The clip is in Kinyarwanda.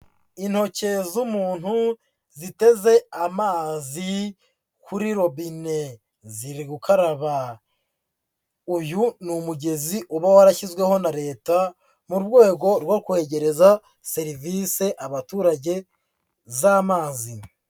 Intoki z'umuntu ziteze amazi kuri robine, ziri gukaraba, uyu ni umugezi uba warashyizweho na Leta mu rwego rwo kwegereza serivisi abaturage z'amazi.